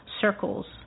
circles